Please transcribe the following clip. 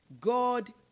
God